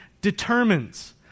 determines